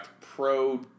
Pro